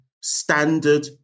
standard